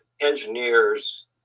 engineers